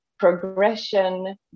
Progression